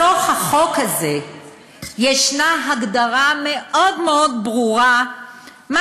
בתוך החוק הזה יש הגדרה מאוד מאוד ברורה מה